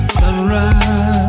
sunrise